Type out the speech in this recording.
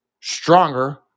stronger